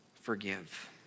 forgive